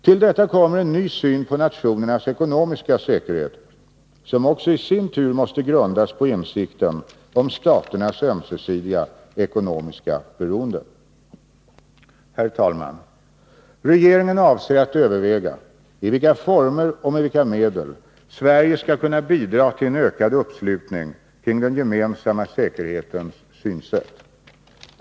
Till detta kommer en ny syn på nationernas ekonomiska säkerhet, som också i sin tur måste grundas på insikten om staternas ömsesidiga ekonomiska beroende. Herr talman! Regeringen avser att överväga i vilka former och med vilka medel Sverige skall kunna bidra till en ökad uppslutning kring den gemensamma säkerhetens synsätt.